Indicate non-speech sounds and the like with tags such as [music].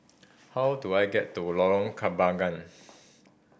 how do I get to Lorong Kabagan [noise]